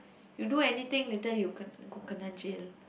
you do anything later you ken~ kena jail